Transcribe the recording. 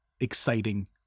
exciting